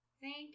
Thank